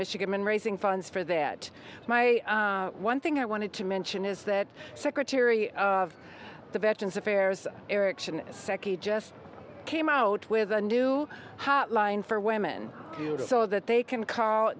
michigan raising funds for that my one thing i wanted to mention is that secretary of the veterans affairs eric shinseki just came out with a new hotline for women to do to so that they can call